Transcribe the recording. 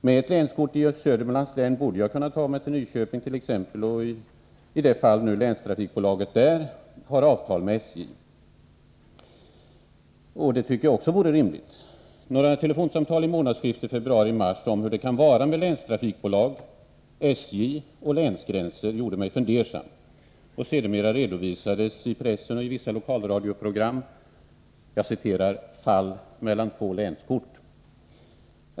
Med ett länskort i Södermanlands län borde jag kunna ta mig till exempelvis Nyköping -— i det fall länstrafikbolaget där har avtal med SJ. Det tycker jag också vore rimligt. Några telefonsamtal i månadsskiftet februari-mars om hur det kan vara med länstrafikbolag, SJ och länsgränser gjorde mig fundersam. Sedermera redovisades i pressen och i vissa lokalradioprogram ”fall mellan två länskort”.